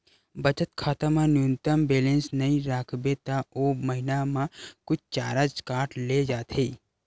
बचत खाता म न्यूनतम बेलेंस नइ राखबे त ओ महिना म कुछ चारज काट ले जाथे